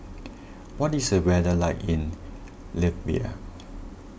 what is the weather like in Latvia